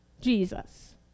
Jesus